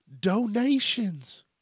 donations